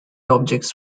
objects